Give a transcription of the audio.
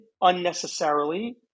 unnecessarily